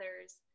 others